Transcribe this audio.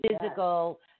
physical